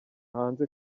hanze